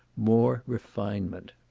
more refinement.